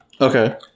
Okay